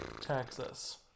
Texas